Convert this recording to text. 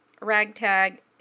Ragtag